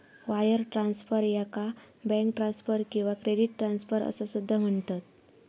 wire transfer, याका bank transfer किंवा credit transfer असा सुद्धा म्हणतत